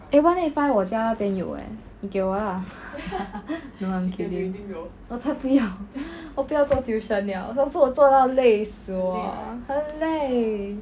eh one eight five 我家那边有 eh 你给我 lah no lah I'm kidding 我才不要 我不要做 tuition liao 上次我做到累死我 ah 很累